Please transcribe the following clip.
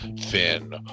Finn